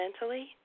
mentally